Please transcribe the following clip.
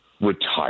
retire